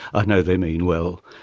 i know they mean well,